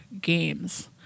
games